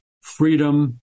freedom